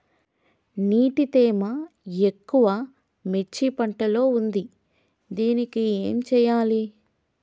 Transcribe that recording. నీటి తేమ ఎక్కువ మిర్చి పంట లో ఉంది దీనికి ఏం చేయాలి?